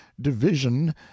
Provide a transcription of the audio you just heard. division